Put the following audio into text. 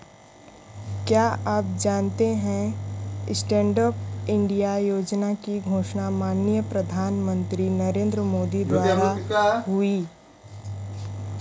क्या आप जानते है स्टैंडअप इंडिया योजना की घोषणा माननीय प्रधानमंत्री नरेंद्र मोदी द्वारा हुई?